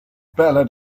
ballad